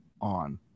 on